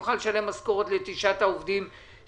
כך נוכל לשלם משכורות לתשעת העובדים שלנו,